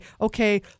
okay